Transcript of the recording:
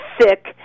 sick